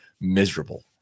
miserable